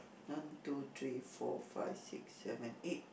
one two three four five six seven eight